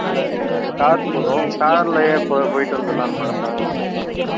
இல்லை sir car போதும் கார்லையே இப்போ போயிட்டு வந்தர்ளான்னு பார்த்தன் அதுக்கு தான்